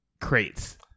crates